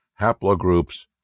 haplogroups